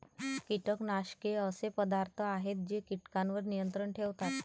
कीटकनाशके असे पदार्थ आहेत जे कीटकांवर नियंत्रण ठेवतात